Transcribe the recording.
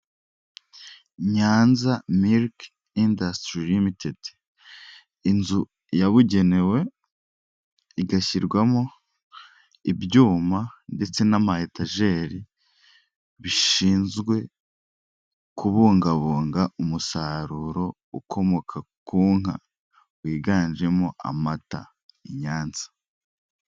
Nyanza miliki indasitiri limitedi, inzu yabugenewe igashyirwamo ibyuma ndetse n'ama etajeri bishinzwe kubungabunga umusaruro ukomoka ku nka wiganjemo amata i Nyanza.